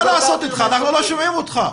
אנחנו לא שומעים אותך.